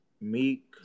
Meek